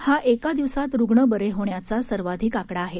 हा एका दिवसात रुग्ण बरे होण्याचा सर्वाधिक आकडा आहे